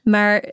Maar